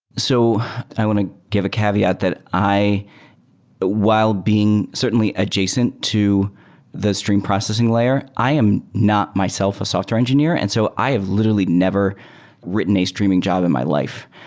so i want to give a caveat that but while being certainly adjacent to the stream processing layer, i am not myself a software engineer, and so i have literally never written a streaming job in my life.